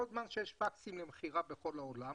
כל זמן שיש פקסים למכירה בכל העולם,